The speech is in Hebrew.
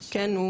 כן,